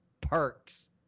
perks